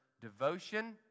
devotion